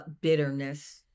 bitterness